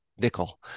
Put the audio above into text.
nickel